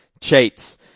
cheats